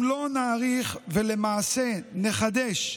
אם לא נאריך, למעשה נחדש,